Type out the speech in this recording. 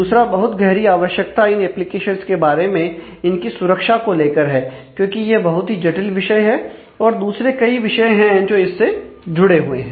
दूसरा बहुत गहरी आवश्यकता इन एप्लीकेशंस के बारे में इनकी सुरक्षा को लेकर है क्योंकि यह बहुत ही जटिल विषय है और दूसरे कई विषय हैं जो इससे जुड़े हुए हैं